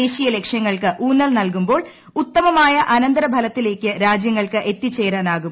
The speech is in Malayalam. ദേശീയ ലക്ഷ്യങ്ങൾക്ക് ഊന്നൽ നൽകുമ്പോൾ ഉത്തമമായ അനന്തരഎലിത്തി്ലേക്ക് രാജ്യങ്ങൾക്ക് എത്തിച്ചേരാനാകും